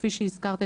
כפי שהזכרת,